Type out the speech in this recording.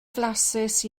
flasus